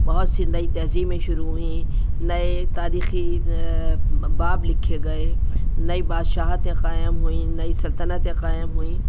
بہت سی نئی تہذیبیں شروع ہوئیں نئے تاریخی باب لکھے گئے نئی بادشاہت قائم ہوئیں نئی سلطنت قائم ہوئیں